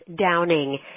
Downing